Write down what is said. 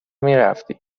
میرفتی